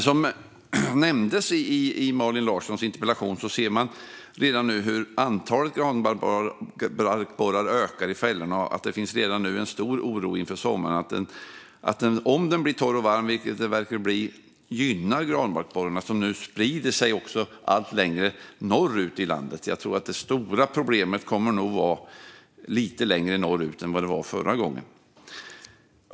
Som nämndes i Malin Larssons interpellation ser man redan nu hur antalet granbarkborrar ökar i fällorna och att det redan nu finns en stor oro inför sommaren. Om den blir torr och varm, vilket den verkar bli, gynnar det granbarkborrarna, som nu också sprider sig allt längre norrut i landet. Jag tror att det stora problemet kommer att sträcka sig lite längre norrut än det gjorde förra gången.